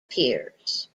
piers